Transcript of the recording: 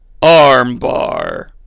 Armbar